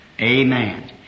Amen